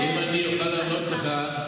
אם אני אוכל לענות לך,